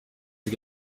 sie